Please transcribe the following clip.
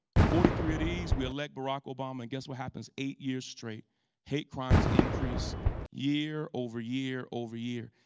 forty three of these, we elect barack obama, and guess what happens? eight years straight hate crimes increase year over year over year.